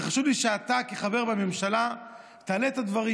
וחשוב לי שאתה כחבר בממשלה תעלה את הדברים.